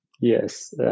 yes